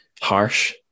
harsh